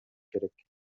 керек